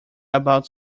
about